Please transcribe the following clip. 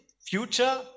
future